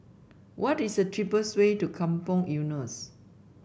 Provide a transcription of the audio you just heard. what is the cheapest way to Kampong Eunos